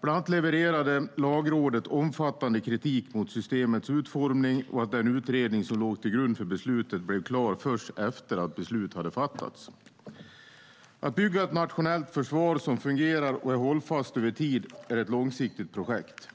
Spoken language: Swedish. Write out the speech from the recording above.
Bland annat levererade Lagrådet omfattande kritik mot systemets utformning och att den utredning som låg till grund för beslutet blev klar först efter att beslut hade fattats. Att bygga ett nationellt försvar som fungerar och är hållfast över tid är ett långsiktigt projekt.